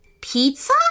Pizza